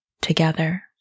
together